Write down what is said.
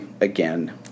Again